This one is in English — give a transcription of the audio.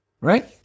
Right